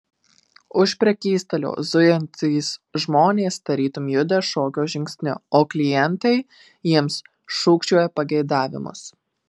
už prekystalio zujantys žmonės tarytum juda šokio žingsniu o klientai jiems šūkčioja pageidavimus